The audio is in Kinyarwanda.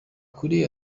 kuri